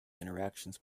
interactions